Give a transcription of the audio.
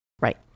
Right